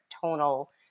tonal